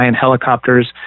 helicopters